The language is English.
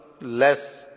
less